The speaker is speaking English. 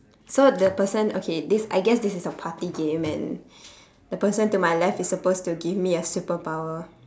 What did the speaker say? so the person okay this I guess this a party game and the person to my left is supposed to give me a superpower